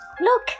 Look